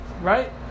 Right